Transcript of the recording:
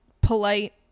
polite